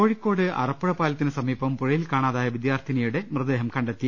കോഴിക്കോട് അറപ്പുഴ പാലത്തിന് സമീപം പുഴയിൽ കാണാതാ യ വിദ്യാർഥിനിയുടെ മൃതദേഹം കണ്ടെത്തി